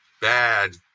bad